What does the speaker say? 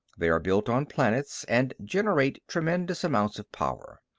they are built on planets and generate tremendous amounts of power.